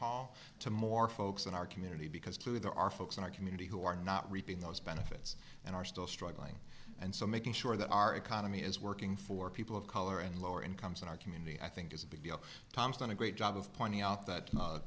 paul to more folks in our community because clearly there are folks in our community who are not reaping those benefits and are still struggling and so making sure that our economy is working for people of color and lower incomes in our community i think is a big deal tom's done a great job of pointing out that